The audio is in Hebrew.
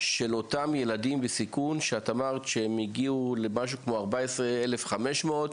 אותם ילדים בסיכון, שמגיעים למספר של 14,500?